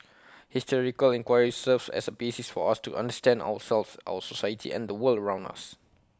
historical enquiry serves as A basis for us to understand ourselves our society and the world around us